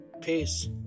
Peace